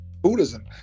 Buddhism